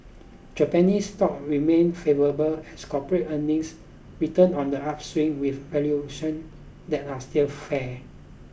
Japanese stocks remain favourable as corporate earnings return on the upswing with valuation that are still fair